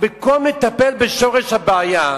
ובמקום לטפל בשורש הבעיה,